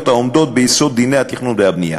העומדים ביסוד דיני התכנון והבנייה.